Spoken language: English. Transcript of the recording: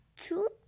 two